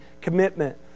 commitment